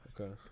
Okay